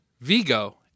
Vigo